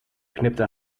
knipte